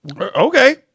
Okay